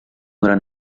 gran